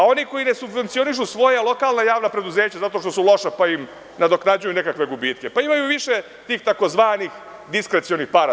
Oni koji ne subvencionišu svoja lokalna i javna preduzeća, zato što su loša pa im nadoknađuju nekakve gubitke imaju više tih tzv. diskrecionih para.